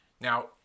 Now